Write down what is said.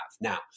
Now